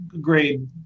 grade